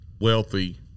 wealthy